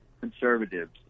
conservatives